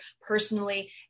personally